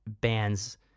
bands